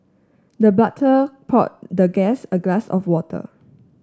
the butler poured the guest a glass of water